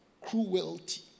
cruelty